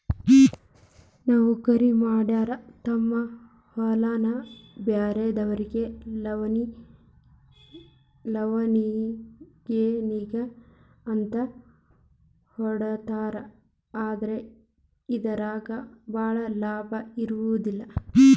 ನೌಕರಿಮಾಡಾರ ತಮ್ಮ ಹೊಲಾನ ಬ್ರ್ಯಾರೆದಾರಿಗೆ ಲಾವಣಿ ಗೇಣಿಗೆ ಅಂತ ಕೊಡ್ತಾರ ಆದ್ರ ಇದರಾಗ ಭಾಳ ಲಾಭಾ ಇರುದಿಲ್ಲಾ